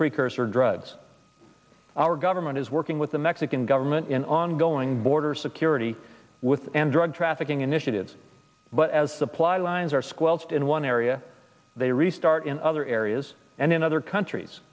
precursor drugs our government is working with the mexican government in ongoing border security with and drug trafficking initiatives but as supply lines are squelched in one area they restart in other areas and in other countries